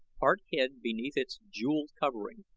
part hid beneath its jeweled covering,